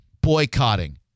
boycotting